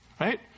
Right